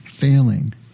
failing